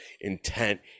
intent